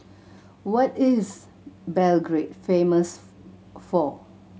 what is Belgrade famous for